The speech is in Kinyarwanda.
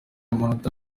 amanota